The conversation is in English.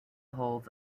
holds